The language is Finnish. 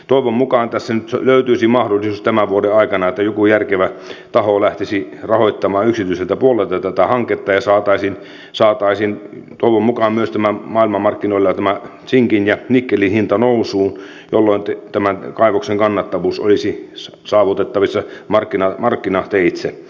toivon mukaan tässä nyt löytyisi mahdollisuus tämän vuoden aikana että joku järkevä taho lähtisi rahoittamaan yksityiseltä puolelta tätä hanketta ja saataisiin myös toivon mukaan maailmanmarkkinoilla tämä sinkin ja nikkelin hinta nousuun jolloin tämän kaivoksen kannattavuus olisi saavutettavissa markkinateitse